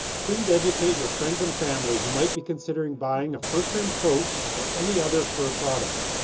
please educate your freinds and family who might be considering buying a fur trimmed coat or any other fur product.